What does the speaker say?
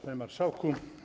Panie Marszałku!